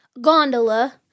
gondola